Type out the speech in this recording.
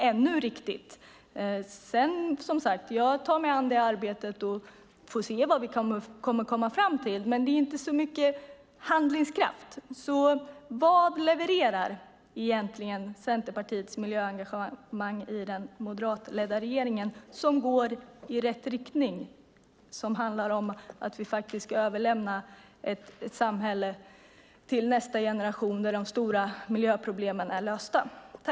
Jag tar mig an det arbetet, som sagt, och sedan får vi se vad vi kommer fram till. Det finns inte så mycket handlingskraft. Vad i den moderatledda regeringen levererar egentligen Centerpartiets miljöengagemang som går i rätt riktning? Vad handlar om att vi till nästa generation ska överlämna ett samhälle där de stora miljöproblemen är lösta?